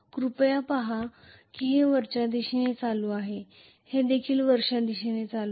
कृपया पहा की हे वरच्या दिशेने करंट आहे हे देखील वरच्या दिशेने करंट आहे